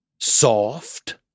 soft